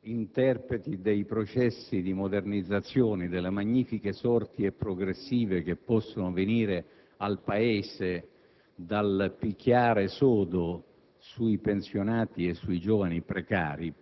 interpreti dei processi di modernizzazione, delle magnifiche sorti progressive che possono venire al Paese dal picchiare sodo sui pensionati e sui giovani precari,